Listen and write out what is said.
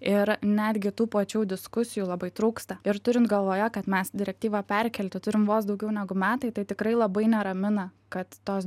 ir netgi tų plačių diskusijų labai trūksta ir turint galvoje kad mes direktyvą perkelti turim vos daugiau negu metai tai tikrai labai neramina kad tos